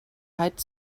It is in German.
heydt